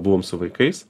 buvom su vaikais